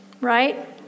right